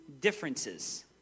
differences